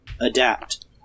adapt